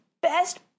best